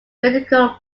ridiculed